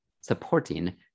supporting